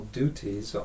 duties